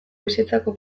bizitzako